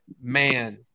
man